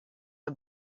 the